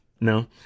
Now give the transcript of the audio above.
No